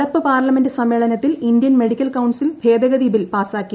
നടപ്പ് പാർലമെന്റ് സമ്മേളനത്തിൽ Indian council ഭേദഗതി ബിൽ പാസാക്കി